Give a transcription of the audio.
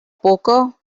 poker